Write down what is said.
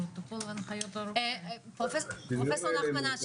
פרופ' נחמן אש,